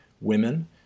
women